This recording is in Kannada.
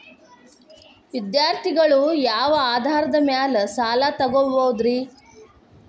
ವಿದ್ಯಾರ್ಥಿಗಳು ಯಾವ ಆಧಾರದ ಮ್ಯಾಲ ಸಾಲ ತಗೋಬೋದ್ರಿ?